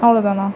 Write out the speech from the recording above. அவ்வளோதாண்ணா